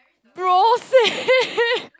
bro